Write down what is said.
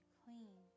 clean